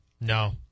No